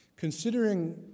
Considering